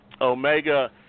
Omega